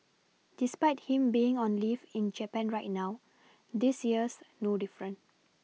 despite him being on leave in Japan right now this year's no different